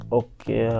okay